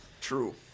True